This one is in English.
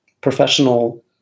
professional